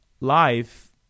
life